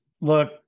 look